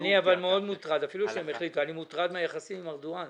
אבל אפילו שהם החליטו אני מוטרד מהיחסים עם ארדואן,